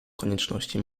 konieczności